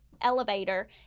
elevator